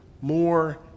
more